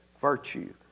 virtue